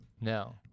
no